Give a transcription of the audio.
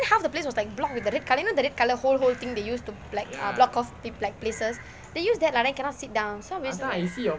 half the place was like blocked with the red colour you know the red colour hole hole thing that they use to like block off pe~ like places they use that lah then cannot sit down so